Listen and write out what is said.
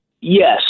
yes